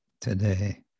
Today